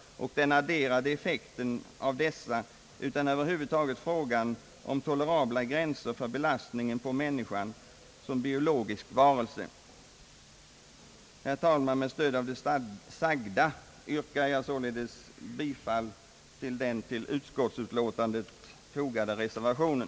och den adderade effekten av dessa utan över huvud taget frågan om tolerabla gränser för belastningen på människan som biologisk varelse.» Herr talman! Med stöd av det sagda vill jag således yrka bifall till den vid utskottsutlåtandet fogade reservationen.